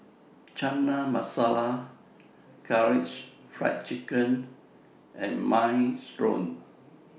Chana Masala Karaage Fried Chicken and Minestrone